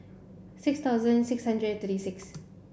six thousand six hundred thirty six